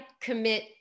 commit